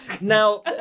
Now